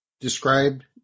described